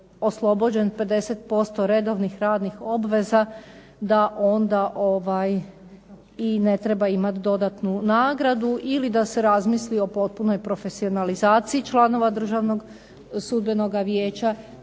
oslobođen 50% redovnih radnih obveza da onda i ne treba imati dodatnu nagradu ili da se razmisli o potpunoj profesionalizaciji članova Državnog sudbenog vijeća